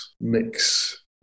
mix